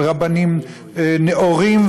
על רבנים נאורים,